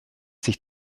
sich